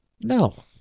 No